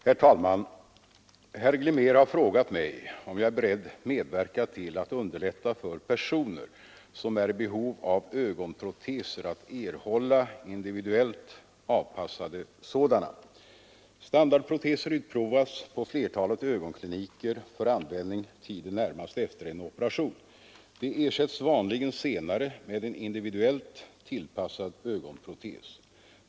Herr talman! Herr Glimnér har frågat mig om jag är beredd medverka till att underlätta för personer som är i behov av ögonproteser att erhålla individuellt avpassade sådana. Standardproteser utprovas på flertalet ögonkliniker för användning tiden närmast efter en operation. De ersätts vanligen senare med en individuellt tillpassad ögonprotes.